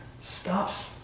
stops